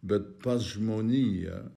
bet pas žmoniją